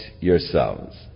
yourselves